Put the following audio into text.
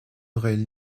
aurait